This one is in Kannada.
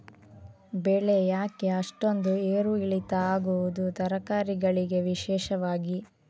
ಬೆಳೆ ಯಾಕೆ ಅಷ್ಟೊಂದು ಏರು ಇಳಿತ ಆಗುವುದು, ತರಕಾರಿ ಗಳಿಗೆ ವಿಶೇಷವಾಗಿ?